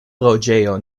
loĝejo